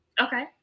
Okay